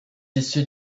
issu